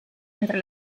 entre